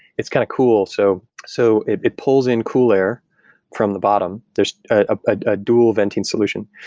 it's kind of cool. so so it it pulls in cool air from the bottom. there's a dual venting solution.